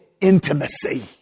intimacy